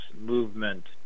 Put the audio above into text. movement